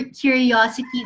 curiosity